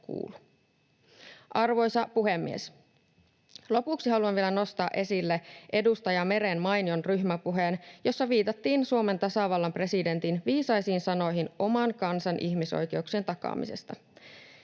kuulu. Arvoisa puhemies! Lopuksi haluan vielä nostaa esille edustaja Meren mainion ryhmäpuheen, jossa viitattiin Suomen tasavallan presidentin viisaisiin sanoihin oman kansan ihmisoikeuksien takaamisesta.